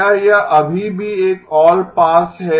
क्या यह अभी भी एक ऑलपास है